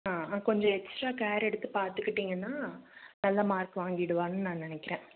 ஆ கொஞ்சம் extra care எடுத்து பார்த்துக்கிட்டிங்கன்னா நல்ல மார்க் வாங்கிடுவான்னு நான் நினைக்கிறேன்